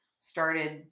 started